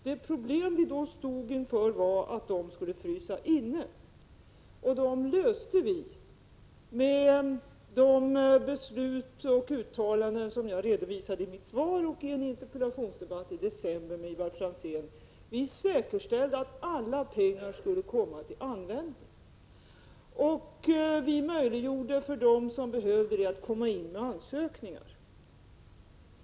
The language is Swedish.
Det problem vi då stod inför var att pengarna skulle frysa inne. Detta löste vi genom de beslut och de uttalanden som jag redovisat i mitt svar och i en interpellationsdebatt i december med Ivar Franzén. Vi säkerställde att pengarna skulle komma till användning. Vi möjliggjorde för dem som behövde det att komma in med ansökningar.